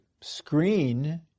screen